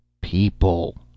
People